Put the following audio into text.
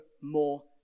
more